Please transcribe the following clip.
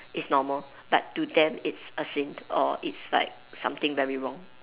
it's normal but to them it's a sin or it's like something very wrong